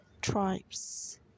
tribes